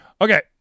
Okay